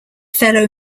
fellow